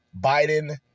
Biden